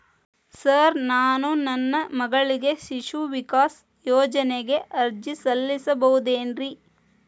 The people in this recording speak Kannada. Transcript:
ಸರ್ ನಾನು ನನ್ನ ಮಗಳಿಗೆ ಶಿಶು ವಿಕಾಸ್ ಯೋಜನೆಗೆ ಅರ್ಜಿ ಸಲ್ಲಿಸಬಹುದೇನ್ರಿ?